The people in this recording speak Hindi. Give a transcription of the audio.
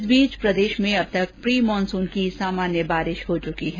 इस बीच प्रदेश में अब तक प्री मानसून की सामान्य बारिश हो चुकी है